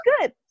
good